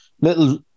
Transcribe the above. little